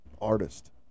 artist